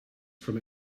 from